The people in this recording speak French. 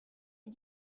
est